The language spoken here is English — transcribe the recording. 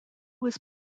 was